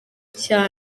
cya